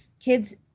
kids